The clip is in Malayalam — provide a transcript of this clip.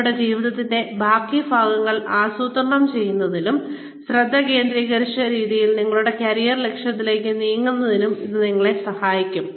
നിങ്ങളുടെ ജീവിതത്തിന്റെ ബാക്കി ഭാഗങ്ങൾ ആസൂത്രണം ചെയ്യുന്നതിനും ശ്രദ്ധ കേന്ദ്രീകരിച്ച രീതിയിൽ നിങ്ങളുടെ കരിയർ ലക്ഷ്യത്തിലേക്ക് നീങ്ങുന്നതിനും ഇത് നിങ്ങളെ ശരിക്കും സഹായിക്കും